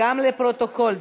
לפרוטוקול.